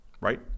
Right